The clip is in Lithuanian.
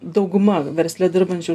dauguma versle dirbančių